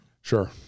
sure